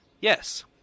Yes